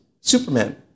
Superman